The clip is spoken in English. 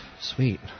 sweet